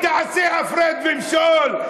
לא היא תעשה הפרד ומשול,